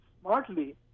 smartly